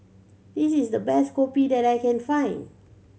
this is the best kopi that I can find